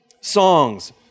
songs